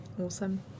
awesome